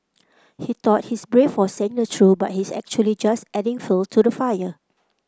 he thought he's brave for saying the truth but he's actually just adding fuel to the fire